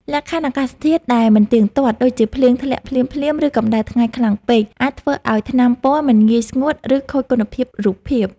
លក្ខខណ្ឌអាកាសធាតុដែលមិនទៀងទាត់ ដូចជាភ្លៀងធ្លាក់ភ្លាមៗ ឬកម្ដៅថ្ងៃខ្លាំងពេក អាចធ្វើឱ្យថ្នាំពណ៌មិនងាយស្ងួត ឬខូចគុណភាពរូបភាព។